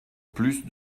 plus